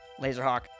Laserhawk